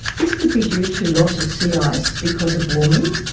this could be due to loss of sea ice because of warming,